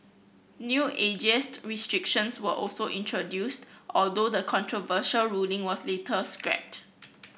new ageist restrictions were also introduced although the controversial ruling was later scrapped